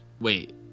Wait